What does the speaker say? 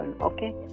okay